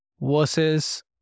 versus